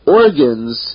organs